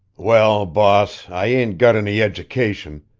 well, boss, i ain't got any education,